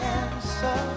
answer